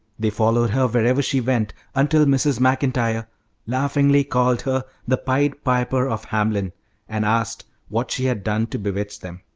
they followed her wherever she went, until mrs. maclntyre laughingly called her the pied piper of hamelin and asked what she had done to bewitch them.